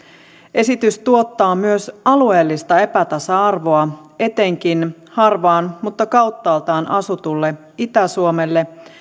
esitys tuottaa myös alueellista epätasa arvoa etenkin harvaan mutta kauttaaltaan asutulle itä suomelle